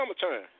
summertime